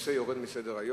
שהנושא יורד מסדר-היום.